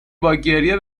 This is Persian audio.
باگریه